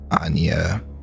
Anya